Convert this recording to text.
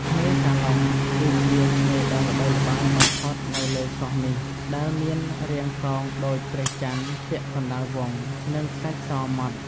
ឆ្នេរសាឡុង គឺជាឆ្នេរដ៏ល្បីល្បាញបំផុតនៅលើកោះនេះ ដែលមានរាងកោងដូចព្រះច័ន្ទពាក់កណ្ដាលវង់ និងខ្សាច់ ស ម៉ដ្ឋ។